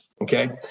Okay